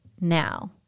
now